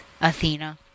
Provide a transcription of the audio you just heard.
Athena